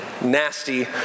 Nasty